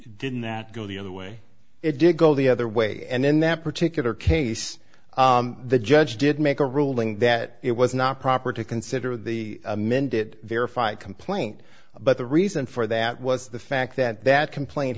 that go the other way it didn't go the other way and then that particular case the judge did make a ruling that it was not proper to consider the amended verified complaint but the reason for that was the fact that that complain